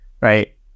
right